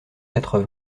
quatre